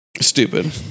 stupid